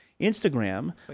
Instagram